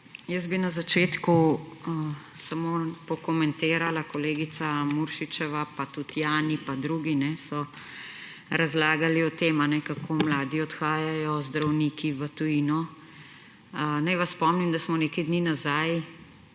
Jaz bi na začetku samo pokomentirala. Kolegica Muršič pa tudi Jani pa drugi so razlagali o tem, kako mladi zdravniki odhajajo v tujino. Naj vas spomnim, da smo nekaj dni nazaj